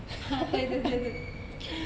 ah 对对对对